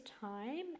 time